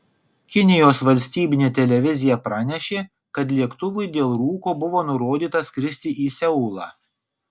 kinijos valstybinė televizija pranešė kad lėktuvui dėl rūko buvo nurodyta skristi į seulą